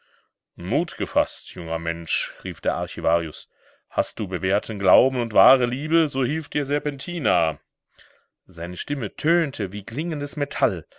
mut gefaßt junger mensch rief der archivarius hast du bewährten glauben und wahre liebe so hilft dir serpentina seine stimme tönte wie klingendes metall